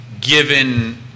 given